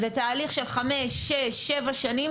זה תהליך של חמש-שש-שבע שנים,